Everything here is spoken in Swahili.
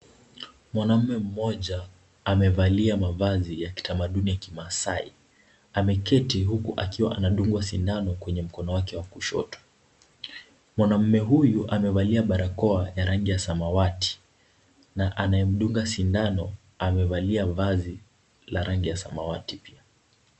Mwanaume mmoja amevalia mavazi ya kitamaduni za kimaasai. Ameketi huku akiwa anadungwa sindano kwenye mkono wake wa kushoto. Mwanaume huyu amevaa barakoa ya rangi ya samawati na anaye mdunga sindano anavalia vazi la rangi ya samawati pia.